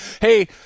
Hey